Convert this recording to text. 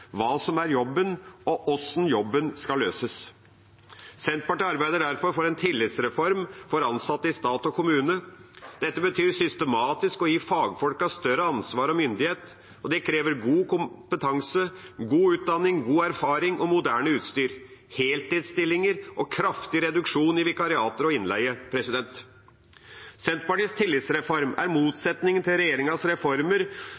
hva som er jobben og hvordan jobben skal løses. Senterpartiet arbeider derfor for en tillitsreform for ansatte i stat og kommune. Dette betyr systematisk å gi fagfolkene større ansvar og myndighet. Det krever god kompetanse, god utdanning, god erfaring, moderne utstyr samt heltidsstillinger og kraftig reduksjon i vikariater og innleie. Senterpartiets tillitsreform er motsetningen til regjeringas reformer,